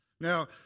Now